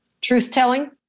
truth-telling